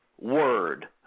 word